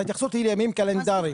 ההתייחסות היא לימים קלנדריים.